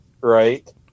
right